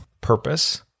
purpose